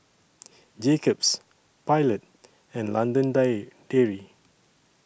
Jacob's Pilot and London Dairy